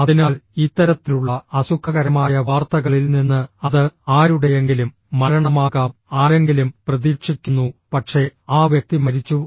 അതിനാൽ ഇത്തരത്തിലുള്ള അസുഖകരമായ വാർത്തകളിൽ നിന്ന് അത് ആരുടെയെങ്കിലും മരണമാകാം ആരെങ്കിലും പ്രതീക്ഷിക്കുന്നു പക്ഷേ ആ വ്യക്തി മരിച്ചു